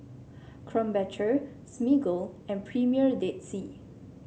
Krombacher Smiggle and Premier Dead Sea